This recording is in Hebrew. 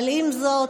עם זאת,